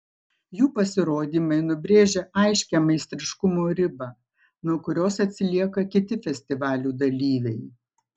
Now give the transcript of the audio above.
jų pasirodymai nubrėžia aiškią meistriškumo ribą nuo kurios atsilieka kiti festivalių dalyviai